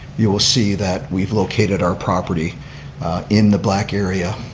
you will see that we've located our property in the black area.